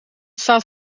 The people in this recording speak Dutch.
staat